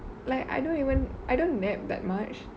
like I don't even I don't nap that much